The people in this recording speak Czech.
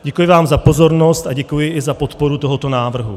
Děkuji vám za pozornost a děkuji i za podporu tohoto návrhu.